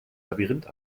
labyrinth